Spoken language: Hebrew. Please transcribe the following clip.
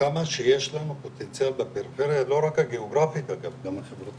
כמה שיש לנו פוטנציאל בפריפריה לא רק הגיאוגרפית אלא גם החברתית,